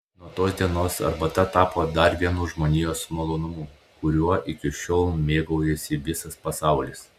nuo tos dienos arbata tapo dar vienu žmonijos malonumu kuriuo iki šiol mėgaujasi visas pasaulis